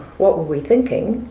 what were we thinking?